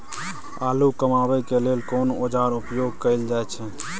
आलू कमाबै के लेल कोन औाजार उपयोग कैल जाय छै?